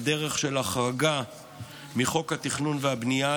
על דרך של החרגה מחוק התכנון והבנייה,